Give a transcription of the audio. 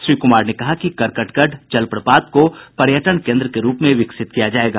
श्री कुमार ने कहा कि करकटगढ़ जलप्रपात को पर्यटन केन्द्र के रूप में विकसित किया जायेगा